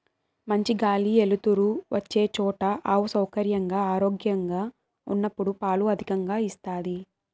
మంచి గాలి ఎలుతురు వచ్చే చోట ఆవు సౌకర్యంగా, ఆరోగ్యంగా ఉన్నప్పుడు పాలు అధికంగా ఇస్తాది